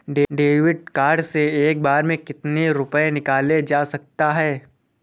David card से एक बार में कितनी रूपए निकाले जा सकता है?